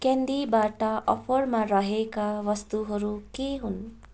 क्यान्डीबाट अफरमा रहेका वस्तुहरू के हुन्